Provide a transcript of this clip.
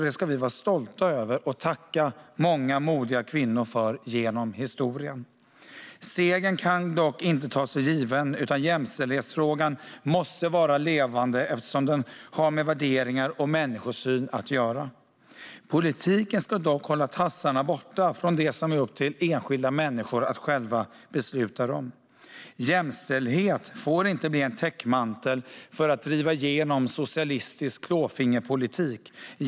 Det ska vi vara stolta över, och vi kan tacka många modiga kvinnor genom historien. Segern kan dock inte tas för given. Jämställdhetsfrågan måste vara levande, eftersom den har med värderingar och människosyn att göra. Politiken ska dock hålla tassarna borta från det som är upp till enskilda människor att själva besluta om. Jämställdhet får inte bli en täckmantel för att driva igenom socialistisk klåfingerpolitik.